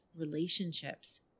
relationships